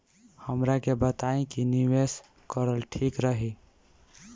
हमरा के बताई की निवेश करल ठीक रही?